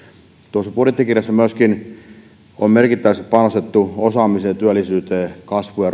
tuossa budjettikirjassa myöskin on merkittävästi panostettu osaamiseen ja työllisyyteen kasvuun ja